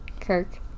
Kirk